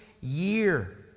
year